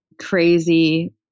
crazy